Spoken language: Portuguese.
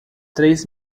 três